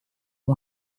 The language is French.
mon